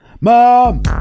mom